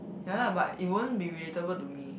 ya lah but it won't be relatable to me